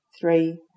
three